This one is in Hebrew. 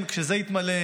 כשזה יתמלא,